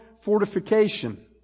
fortification